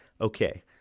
okay